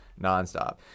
nonstop